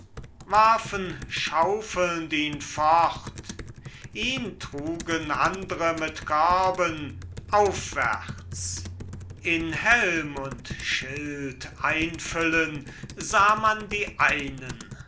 warfen schaufelnd ihn fort ihn trugen andre mit körben aufwärts in helm und schild einfüllen sah man die einen